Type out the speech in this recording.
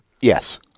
Yes